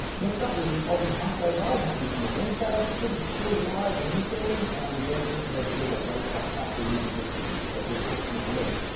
next up was the aussie hump day ride happening on a wednesday pretty chilled ride initially, and then into a bit of a race lap at the end. which completely cooked my legs!